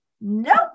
Nope